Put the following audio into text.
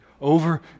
over